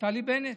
נפתלי בנט?